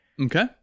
Okay